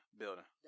building